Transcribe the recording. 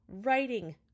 writing